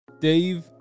dave